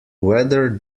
whether